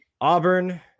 Auburn